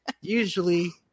Usually